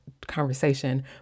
conversation